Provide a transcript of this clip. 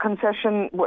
concession